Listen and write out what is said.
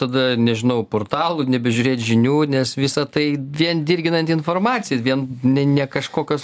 tada nežinau portalų nebežiūrėt žinių nes visa tai vien dirginanti informacija vien ne ne kažkokios